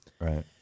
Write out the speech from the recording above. Right